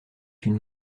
une